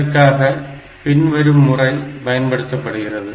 இதற்காக பின் வரும் முறை பயன்படுத்தப்படுகிறது